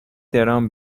درام